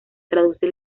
traduce